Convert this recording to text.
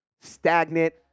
stagnant